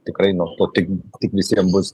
tikrai nuo to tik tik visiem bus